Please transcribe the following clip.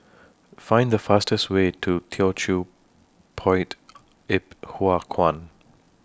Find The fastest Way to Teochew Poit Ip Huay Kuan